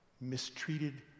mistreated